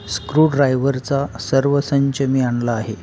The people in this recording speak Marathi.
स्क्रू ड्रायव्हरचा सर्व संच मी आणला आहे